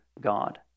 God